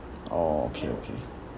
orh okay okay